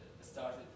started